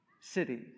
city